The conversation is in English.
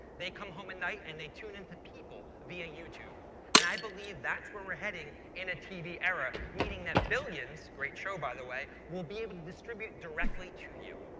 they come home at night and they tune in to people via youtube and i believe that's where we're heading in a tv era meaning that billions, great show by the way, will be able to distribute directly to you.